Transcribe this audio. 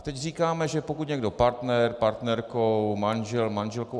Teď říkáme, že pokud je někdo partner, partnerkou, manžel, manželkou...